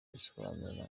bisobanuro